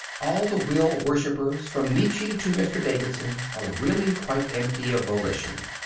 all the will-worshippers, from nietzsche to mr. davidson, are really quite empty of volition.